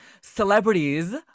celebrities